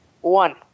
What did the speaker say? One